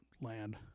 land